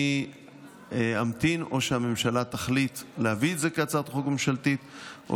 אני אמתין: או שהממשלה תחליט להביא את זה כהצעת חוק ממשלתית או